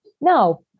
no